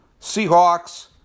Seahawks